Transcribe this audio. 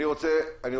המשפטים.